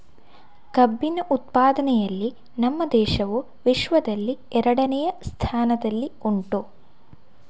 ಕಬ್ಬಿನ ಉತ್ಪಾದನೆಯಲ್ಲಿ ನಮ್ಮ ದೇಶವು ವಿಶ್ವದಲ್ಲಿ ಎರಡನೆಯ ಸ್ಥಾನದಲ್ಲಿ ಉಂಟು